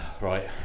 Right